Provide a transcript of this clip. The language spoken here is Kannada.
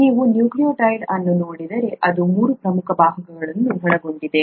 ನೀವು ನ್ಯೂಕ್ಲಿಯೊಟೈಡ್ ಅನ್ನು ನೋಡಿದರೆ ಅದು ಮೂರು ಪ್ರಮುಖ ಭಾಗಗಳನ್ನು ಒಳಗೊಂಡಿದೆ